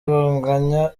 banganya